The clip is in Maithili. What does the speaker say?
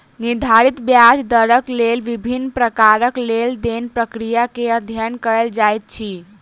निर्धारित ब्याज दरक लेल विभिन्न प्रकारक लेन देन प्रक्रिया के अध्ययन कएल जाइत अछि